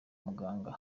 muganga